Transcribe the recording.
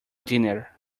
dinner